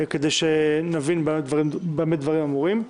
כדי שנבין במה דברים אמורים.